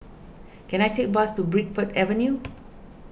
can I take a bus to Bridport Avenue